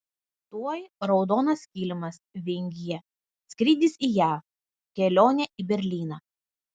tuoj raudonas kilimas vingyje skrydis į jav kelionė į berlyną